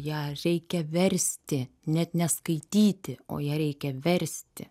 ją reikia versti net neskaityti o ją reikia versti